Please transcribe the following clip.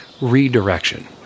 redirection